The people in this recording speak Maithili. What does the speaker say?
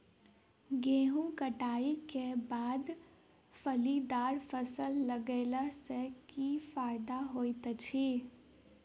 गेंहूँ कटाई केँ बाद फलीदार फसल लगेला सँ की फायदा हएत अछि?